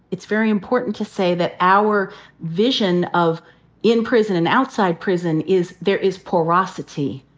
it's very important to say that our vision of in prison and outside prison is there is porosity.